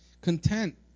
Content